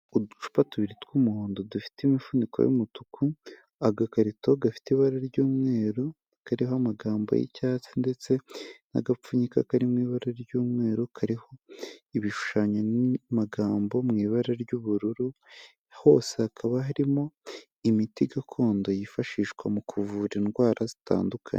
Uducupa tubiri tw'umuhondo dufite imifuniko y'umutuku ,agakarito gafite ibara ry'umweru, kariho amagambo y'icyatsi ndetse n'agapfunyika karimo ibara ry'umweru kariho ibishushanyo n'amagambo mu ibara ry'ubururu, hose hakaba harimo imiti gakondo yifashishwa mu kuvura indwara zitandukanye.